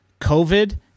covid